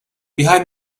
behind